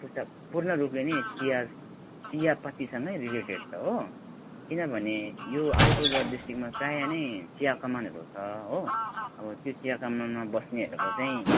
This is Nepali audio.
पुस्ता पूर्ण रूपले नै चिया चियापत्तिसँगै रिलेटेड छ हो किनभने यो अलिपुरद्वार डिस्ट्रिकटमा प्रायः नै चिया कमानहरू छ हो अब त्यो चिया कमानमा बस्नेहरूको चाहिँ